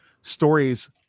stories